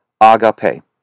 Agape